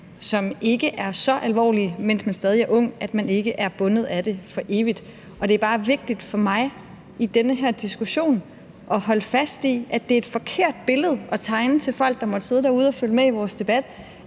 som ikke er så alvorlige, mens man stadig er ung, er man ikke bundet af det for evigt. Det er bare vigtigt for mig i den her diskussion at holde fast i, at det er et forkert billede at tegne til folk, der måtte sidde derude og følge med i vores debat,